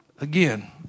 again